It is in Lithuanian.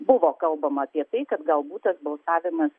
buvo kalbama apie tai kad galbūt tas balsavimas